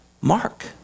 Mark